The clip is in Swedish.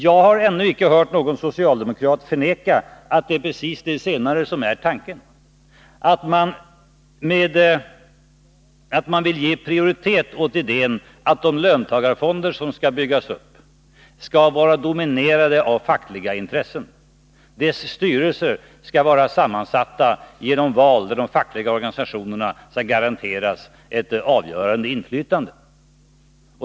Jag har ännu icke hört någon socialdemokrat förneka att det är precis det senare som är tanken, att man vill ge prioritet åt idén att de löntagarfonder som skall byggas upp skall vara dominerade av fackliga intressen. Deras styrelser skall vara sammansatta genom val där de fackliga organisationerna garanteras ett avgörande inflytande.